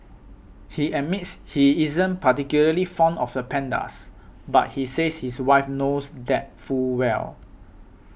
he admits he isn't particularly fond of the pandas but says his wife knows that full well